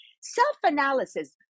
self-analysis